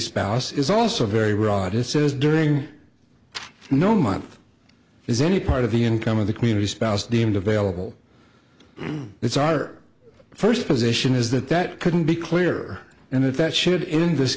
spouse is also very broad it says during no month is any part of the income of the community spouse deemed available it's our first position is that that couldn't be clear and if that should in this